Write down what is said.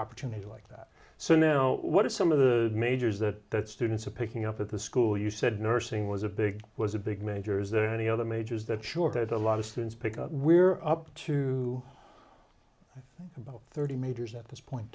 opportunity like that so now what are some of the majors that students are picking up at the school you said nursing was a big was a big major is there any other majors that sure that a lot of students pick up we're up to i think about thirty meters at this point